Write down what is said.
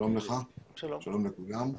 שלום לך ושלום לכולם.